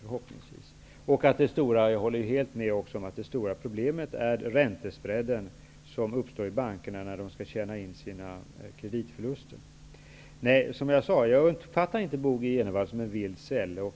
Jag håller helt med om att det stora problemet är räntesbredden, vilken uppstår i bankerna när de skall tjäna in sina kreditförluster. Som jag sade uppfattar jag inte Bo G Jenevall som en vild sälle.